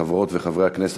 חברות וחברי הכנסת,